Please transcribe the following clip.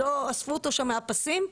אספו אותו שם מהפסים.